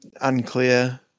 unclear